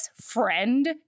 friend